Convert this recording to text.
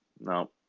No